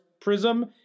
prism